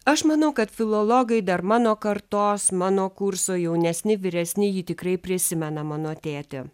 aš manau kad filologai dar mano kartos mano kurso jaunesni vyresni jį tikrai prisimena mano tėtę